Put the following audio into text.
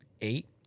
eight